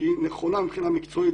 שהיא נכונה מבחינה מקצועית,